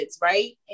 right